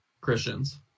Christians